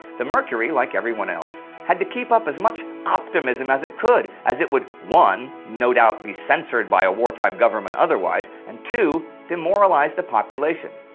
the mercury, like everyone else, had to keep up as much optimism as it could as it would one no doubt be censored by a wartime government otherwise and two demoralize the population,